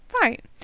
Right